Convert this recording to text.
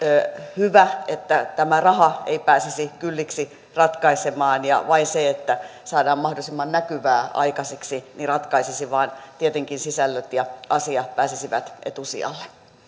hyvä että demokraattisissa vaaleissa raha ei pääsisi liikaa ratkaisemaan eikä vain se että saadaan mahdollisimman näkyvää aikaiseksi vaan että tietenkin sisällöt ja asia pääsisi etusijalle